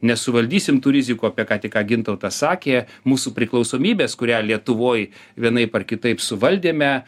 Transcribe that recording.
nesuvaldysim tų rizikų apie ką tik ką gintautas sakė mūsų priklausomybės kurią lietuvoj vienaip ar kitaip suvaldėme